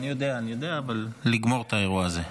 אני יודע, אבל לגמור את האירוע הזה.